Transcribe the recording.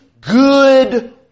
good